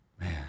man